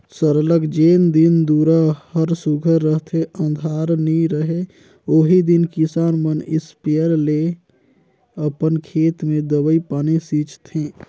सरलग जेन दिन दुरा हर सुग्घर रहथे अंधार नी रहें ओही दिन किसान मन इस्पेयर ले अपन खेत में दवई पानी छींचथें